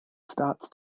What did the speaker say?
starts